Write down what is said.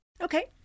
Okay